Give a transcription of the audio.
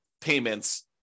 payments